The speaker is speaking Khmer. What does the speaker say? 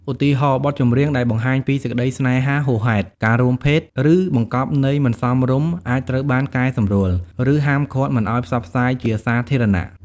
ឧទាហរណ៍ បទចម្រៀងដែលបង្ហាញពីសេចក្តីស្នេហាហួសហេតុ ការរួមភេទ ឬបង្កប់ន័យមិនសមរម្យអាចត្រូវបានកែសម្រួល ឬហាមឃាត់មិនឱ្យផ្សព្វផ្សាយជាសាធារណៈ។